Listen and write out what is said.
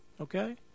Okay